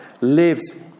lives